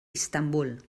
istanbul